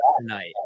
tonight